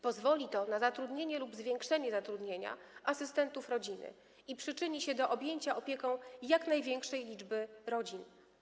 Pozwoli to na zatrudnienie lub zwiększenie zatrudnienia asystentów rodziny i przyczyni się do objęcia opieką jak największej liczby rodzin.